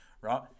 right